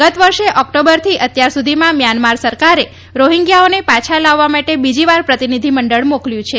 ગત વર્ષ ઓક્ટોબરથી અત્યાર સુધીમાં મ્યાનમાર સરકારે રોહિંગ્યાઓને પાછા લાવવા માટે બીજીવાર પ્રતિનિધિમંડળ મોકલ્યું છે